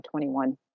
21